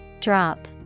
Drop